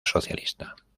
socialista